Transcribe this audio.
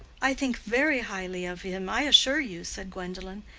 i think very highly of him, i assure you, said gwendolen.